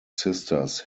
sisters